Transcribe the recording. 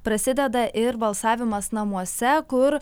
prasideda ir balsavimas namuose kur